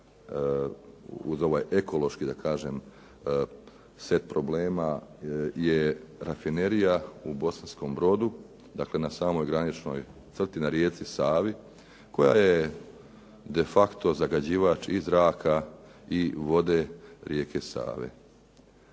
uz ovaj ekološki da kažem set problema je rafinerija u Bosanskom Brodu. Dakle, na samoj graničnoj crti, na rijeci Savi koja je de facto zagađivač i zraka i vode rijeke Save.